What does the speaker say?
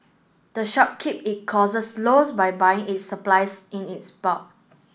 the shop keep it costs lows by buying its supplies in its bulk